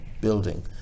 building